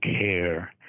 care